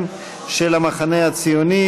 איציק שמולי,